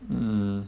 mm